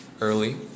early